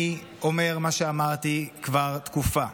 אני אומר מה שאמרתי כבר תקופה: